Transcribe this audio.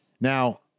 Now